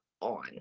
on